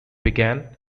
began